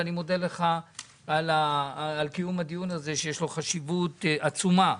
אני מודה לך על קיום הדיון הזה שיש לו חשיבות עצומה